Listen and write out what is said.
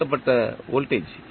பயன்படுத்தப்பட்ட வோல்டேஜ்